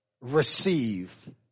receive